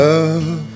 Love